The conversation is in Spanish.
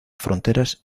fronteras